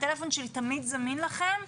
הטלפון שלי תמיד זמין לכם,